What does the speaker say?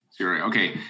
Okay